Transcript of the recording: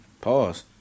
Pause